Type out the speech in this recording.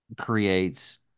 creates